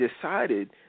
decided